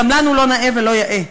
גם לנו לא נאה ולא יאה.